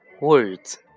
words